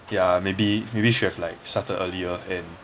ya maybe maybe should have like started earlier and